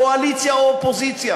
קואליציה או אופוזיציה.